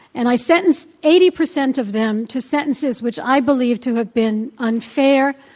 and i sentenced eighty percent of them to sentences which i believed to have been unfair,